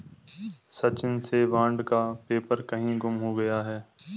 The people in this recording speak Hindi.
सचिन से बॉन्ड का पेपर कहीं गुम हो गया है